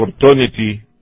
opportunity